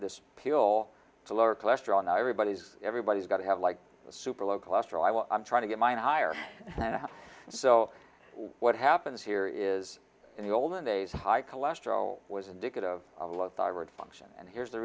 this pill to lower cholesterol now everybody's everybody's got to have like a super low cholesterol i'm trying to get mine higher than i have so what happens here is in the olden days high cholesterol was indicative of a lot thyroid function and here's the